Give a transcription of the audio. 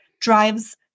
drives